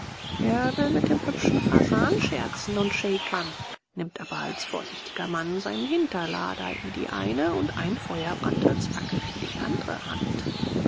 er will mit dem hübschen fasan scherzen und schäkern nimmt aber als vorsichtiger mann seinen hinterlader in die eine und einen feuerbrand als fackel in die andre hand